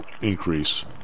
increase